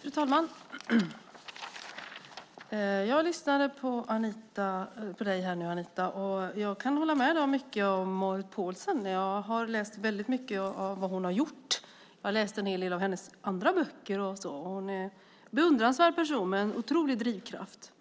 Fru talman! Jag lyssnade på dig här nu, Anita, och jag kan hålla med om mycket av det du sade om Marit Paulsen. Jag har läst väldigt mycket om vad hon har gjort, och jag har läst en del av hennes andra böcker. Hon är en beundransvärd person med en otrolig drivkraft.